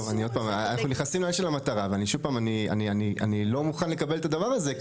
שוב פעם אנחנו נכנסים לעניין של המטרה ואני לא מוכן לקבל את הדבר הזה,